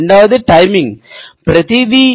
రెండవది టైమింగ్ ప్రతిదీ